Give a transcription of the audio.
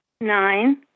nine